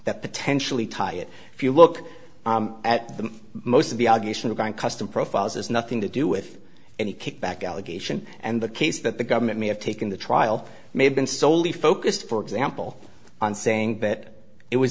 that potentially tie it if you look at them most of the allegation of going custom profiles has nothing to do with any kickback allegation and the case that the government may have taken the trial may have been solely focused for example on saying that it was